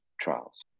trials